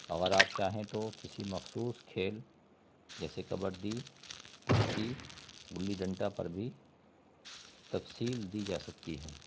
اگر آپ چاہیں تو کسی مخصوص کھیل جیسے کبڈی کشتی گلی ڈنٹا پر بھی تفصیل دی جا سکتی ہے